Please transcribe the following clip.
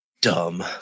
dumb